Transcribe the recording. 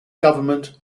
government